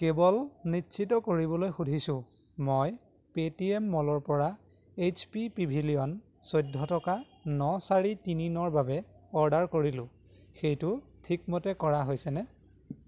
কেৱল নিশ্চিত কৰিবলৈ সুধিছোঁ মই পে টি এম মলৰপৰা এইচ পি পেভিলিয়ন চৈধ্য টকা ন চাৰি তিনি নৰ বাবে অৰ্ডাৰ কৰিলোঁ সেইটো ঠিকমতে কৰা হৈছেনে